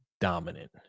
dominant